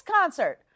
concert